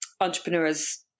entrepreneurs